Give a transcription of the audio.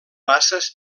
basses